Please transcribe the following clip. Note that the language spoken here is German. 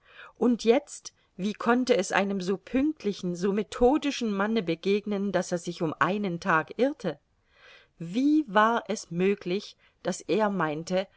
und jetzt wie konnte es einem so pünktlichen so methodischen manne begegnen daß er sich um einen tag irrte wie war es möglich daß er meinte